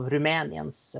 Rumäniens